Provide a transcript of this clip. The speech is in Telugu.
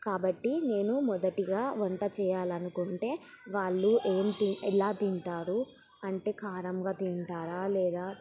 కాబట్టి నేను మొదటిగా వంట చేయాలనుకుంటే వాళ్ళు ఏం ఎలా తింటారు అంటే కారంగా తింటారా లేదా